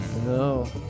No